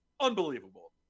unbelievable